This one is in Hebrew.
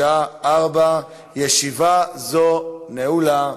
בשעה 16:00. ישיבה זו נעולה.